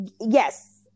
yes